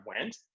went